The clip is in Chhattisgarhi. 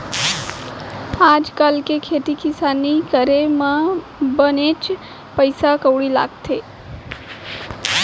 आज काल के खेती किसानी करे म बनेच पइसा कउड़ी लगथे